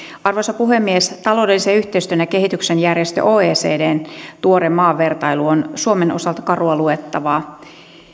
arvoisa puhemies taloudellisen yhteistyön ja kehityksen järjestön oecdn tuore maavertailu on suomen osalta karua luettavaa